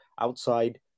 outside